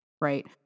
right